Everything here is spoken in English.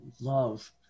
love